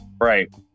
Right